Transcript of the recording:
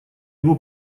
его